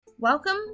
Welcome